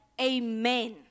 Amen